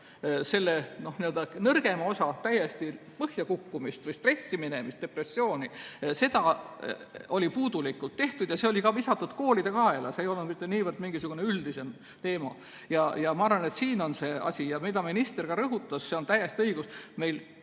nõrgema osa täiesti põhjakukkumist või stressiminemist, depressiooni, oli puudulikult tehtud. See oli ka visatud koolide kaela, see ei olnud mitte niivõrd mingisugune üldisem teema. Ma arvan, et siin on see asi. Minister ka rõhutas – tal on täiesti õigus